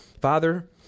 Father